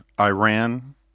Iran